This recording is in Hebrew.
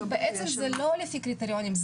זה לא לפי קריטריונים.